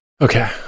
Okay